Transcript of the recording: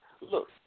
look